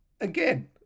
again